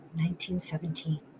1917